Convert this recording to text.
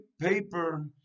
paper